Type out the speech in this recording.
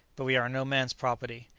but we are no man's property.